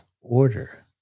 order